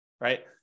right